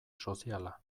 soziala